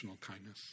kindness